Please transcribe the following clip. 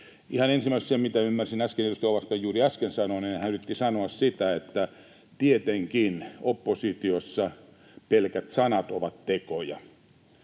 Ihan ensimmäiseksi se, mitä ymmärsin edustaja Ovaskan juuri äsken sanoneen: Hän yritti sanoa sitä, että tietenkin oppositiossa pelkät sanat ovat tekoja,